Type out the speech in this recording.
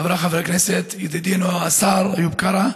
חבריי חברי הכנסת, ידידנו השר איוב קרא,